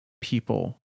people